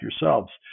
yourselves